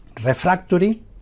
refractory